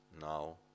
now